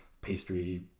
pastry